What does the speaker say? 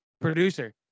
producer